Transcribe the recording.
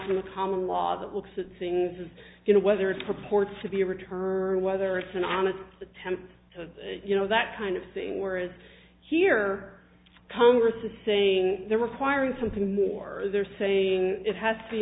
a common law that looks at things you know whether it purports to be a return whether it's an honest attempt to you know that kind of thing whereas here congress is saying they're requiring something more they're saying it has to be